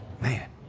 Man